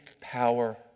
power